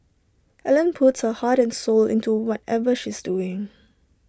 Ellen puts her heart and soul into whatever she's doing